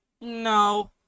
No